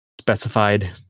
specified